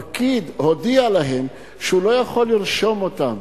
פקיד הודיע להם שהוא לא יכול לרשום אותם.